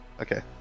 Okay